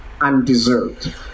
Undeserved